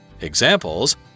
Examples